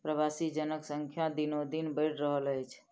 प्रवासी जनक संख्या दिनोदिन बढ़ि रहल अछि